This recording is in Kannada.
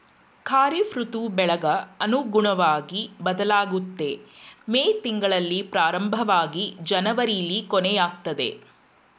ಖಾರಿಫ್ ಋತು ಬೆಳೆಗ್ ಅನುಗುಣ್ವಗಿ ಬದ್ಲಾಗುತ್ತೆ ಮೇ ತಿಂಗ್ಳಲ್ಲಿ ಪ್ರಾರಂಭವಾಗಿ ಜನವರಿಲಿ ಕೊನೆಯಾಗ್ತದೆ